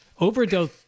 overdose